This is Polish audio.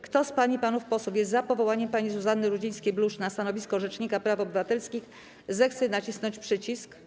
Kto z pań i panów posłów jest za powołaniem pani Zuzanny Rudzińskiej-Bluszcz na stanowisko rzecznika praw obywatelskich, zechce nacisnąć przycisk.